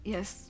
Yes